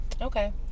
Okay